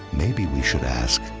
maybe we should ask,